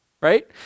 right